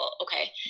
okay